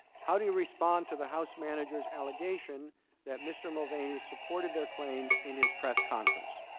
how to respond to the house manager's allegation that mr. mulvaney supported their claims in his press conference?